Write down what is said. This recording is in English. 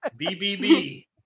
BBB